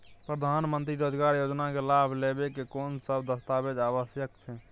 प्रधानमंत्री मंत्री रोजगार योजना के लाभ लेव के कोन सब दस्तावेज आवश्यक छै?